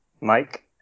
Mike